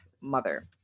mother